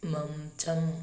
మంచం